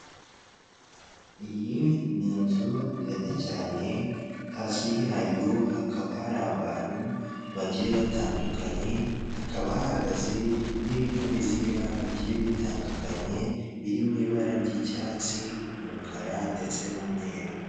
Iyi ni inzu ndende cyane hasi yayo hakaba hari abantu bagiye batandunkanye, hakaba hahagaze n'ibinyabiziga bigiye bitandukanye biri mu ibara ry'icyatsi, umukara ndetse n'umweru.